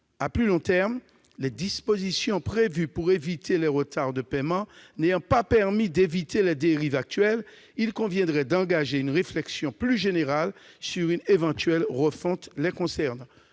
À plus long terme, les dispositions prévues pour éviter les retards de paiement n'ayant pas permis d'éviter les dérives actuelles, il conviendrait d'engager une réflexion plus générale sur une éventuelle refonte les concernant.